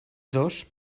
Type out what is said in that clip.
dos